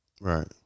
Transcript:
Right